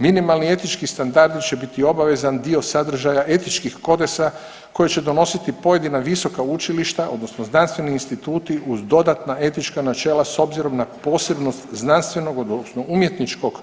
Minimalni etički standardi će biti obavezan dio sadržaja etičkih kodeksa koji će donositi pojedina visoka učilišta odnosno znanstveni instituti uz dodatna etička načela s obzirom na posebnost znanstvenog odnosno umjetničkog